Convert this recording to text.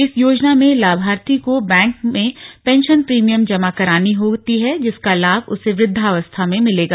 इस योजना में लाभार्थी को बैंक में पेंशन प्रीमियम जमा करानी होती है जिसका लाभ उसे वृद्वावस्था में मिलेगा